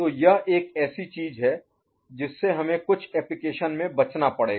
तो यह एक ऐसी चीज है जिससे हमें कुछ एप्लीकेशन में बचना पड़ेगा